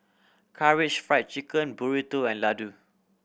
Karaage Fried Chicken Burrito and Ladoo